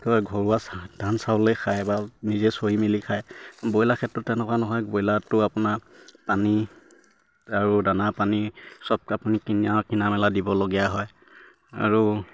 ঘৰুৱা ধান চাউলেই খায় বা নিজে চৰি মেলি খায় ব্ৰইলাৰ ক্ষেত্ৰত তেনেকুৱা নহয় ব্ৰইলাৰটো আপোনাৰ পানী আৰু দানা পানী চবকে আপুনি কিন কিনামেলা দিবলগীয়া হয় আৰু